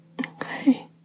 Okay